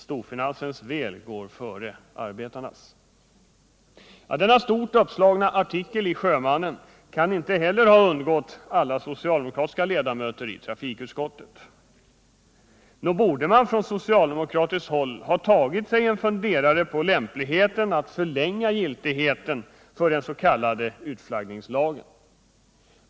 Storfinansens väl går före arbetarnas. Inte heller denna stort uppslagna artikel i Sjömannen kan ha undgått alla socialdemokratiska ledamöter i trafikutskottet. Nog borde man på socialdemokratiskt håll ha tagit sig en funderare på lämpligheten att förlänga giltigheten för den s.k. utflaggningslagen.